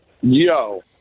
Yo